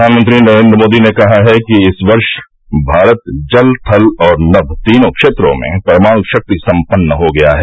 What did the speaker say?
प्रधानमंत्री नरेन्द्र मोदी ने कहा है कि इस वर्ष भारत जल थल और नम तीनों क्षेत्रों में परमाणु शक्ति सम्पन्न हो गया है